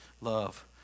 love